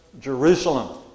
Jerusalem